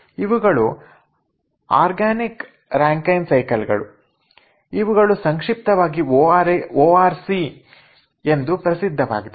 ಇವುಗಳು organic Rankine cycle ಗಳು ಇವುಗಳು ಸಂಕ್ಷಿಪ್ತವಾಗಿ ಓ ಆರ್ ಸಿ ಎಂದು ಪ್ರಸಿದ್ಧವಾಗಿದೆ